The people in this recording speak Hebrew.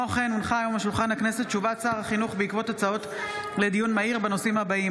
הודעות שר החינוך על מסקנות ועדת החינוך בעקבות דיון מהיר בהצעתם